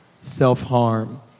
self-harm